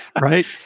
right